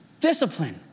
Discipline